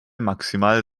maximal